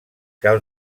cal